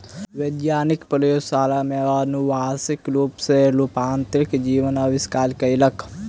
वैज्ञानिक प्रयोगशाला में अनुवांशिक रूप सॅ रूपांतरित जीवक आविष्कार कयलक